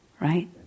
right